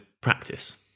practice